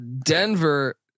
Denver